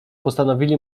postanowili